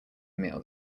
meal